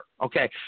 Okay